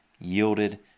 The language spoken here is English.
yielded